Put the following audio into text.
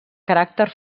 caràcter